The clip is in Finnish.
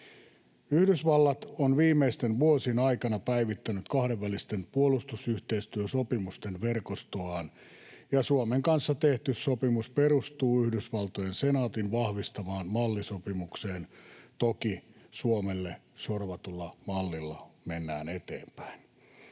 Yhdysvallat on viimeisten vuosien aikana päivittänyt kahdenvälisten puolustusyhteistyösopimusten verkostoaan, ja Suomen kanssa tehty sopimus perustuu Yhdysvaltojen senaatin vahvistamaan mallisopimukseen, toki Suomelle sorvatulla mallilla mennään eteenpäin.